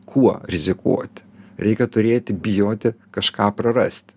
kuo rizikuoti reikia turėti bijoti kažką prarasti